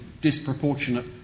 disproportionate